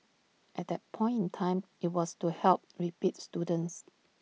at that point in time IT was to help repeat students